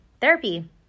therapy